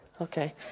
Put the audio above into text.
okay